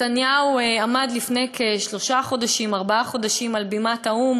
נתניהו עמד לפני כשלושה-ארבעה חודשים על בימת האו"ם